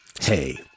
Hey